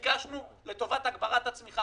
אין פה שום דבר ממה שאנחנו ביקשנו לטובת הגברת התמיכה.